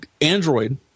Android